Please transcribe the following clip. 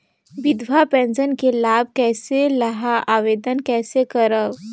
विधवा पेंशन के लाभ कइसे लहां? आवेदन कइसे करव?